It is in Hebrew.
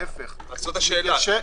למשל,